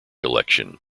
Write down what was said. election